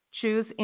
Choose